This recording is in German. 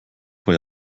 vor